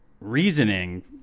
reasoning